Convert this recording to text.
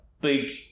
big